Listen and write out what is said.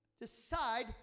decide